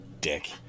dick